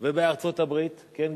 ובארצות-הברית כן,